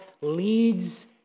leads